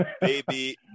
baby